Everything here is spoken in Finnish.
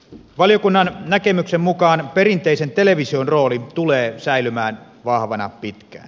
valiokunnan näkemyksen mukaan perinteisen television rooli tulee säilymään vahvana pitkään